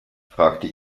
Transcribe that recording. fragte